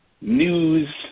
news